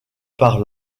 par